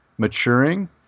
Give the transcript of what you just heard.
maturing